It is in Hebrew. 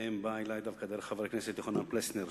באה אלי דווקא דרך חבר הכנסת יוחנן פלסנר,